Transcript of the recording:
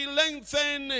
lengthen